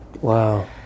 Wow